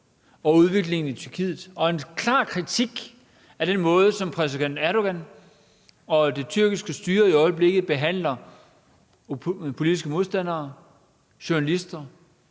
over udviklingen i Tyrkiet og en klar kritik af den måde, som præsident Erdogan og det tyrkiske styre i øjeblikket behandler politiske modstandere og journalister